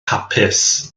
hapus